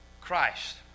Christ